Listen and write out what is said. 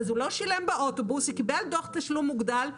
הוא לא שילם באוטובוס, הוא קיבל דוח תשלום מוגדל,